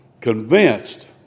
convinced